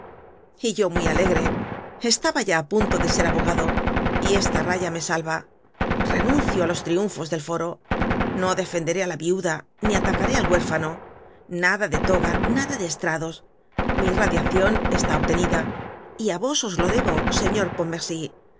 yo muy alegre estaba ya á punto de ser abogado y esta raya me salva renuncio á los triunfos del foro no defenderé á la viuda ni atacaré al huérfano nada de toga nada de estrados mi radiacion está obtenida yávos oslo debo señor